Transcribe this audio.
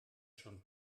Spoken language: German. schon